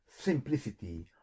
simplicity